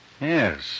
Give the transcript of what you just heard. Yes